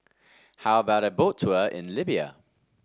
how about a Boat Tour in Libya